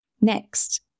Next